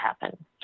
happen